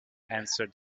answered